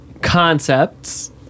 concepts